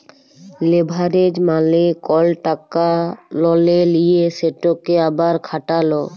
leverage মালে কল টাকা ললে লিঁয়ে সেটকে আবার খাটালো